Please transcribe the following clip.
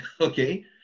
Okay